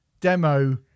demo